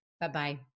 Bye-bye